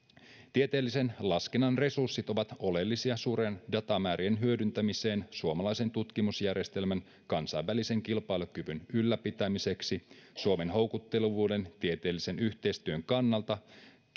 tieteellisen laskennan resurssit ovat oleellisia suurien datamäärien hyödyntämiseen suomalaisen tutkimusjärjestelmän kansainvälisen kilpailukyvyn ylläpitämiseksi suomen houkuttelevuuden tieteellisen yhteistyön kannalta